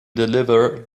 deliver